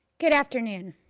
good afternoon.